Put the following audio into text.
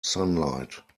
sunlight